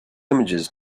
images